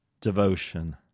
devotion